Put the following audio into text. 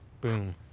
Boom